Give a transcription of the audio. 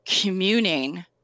communing